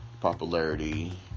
popularity